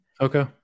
Okay